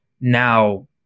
now